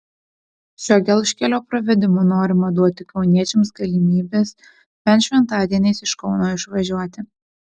šio gelžkelio pravedimu norima duoti kauniečiams galimybes bent šventadieniais iš kauno išvažiuoti